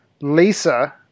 lisa